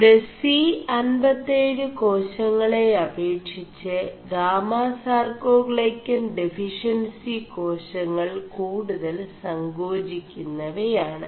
ഇവിെട C57 േകാശÆെള അേപ ിg് ഗാമസാർേ ാൈø ൻ െഡഫിഷçൻസി േകാശÆൾ കൂടുതൽ സേ ാചി ുMവയാണ്